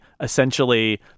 essentially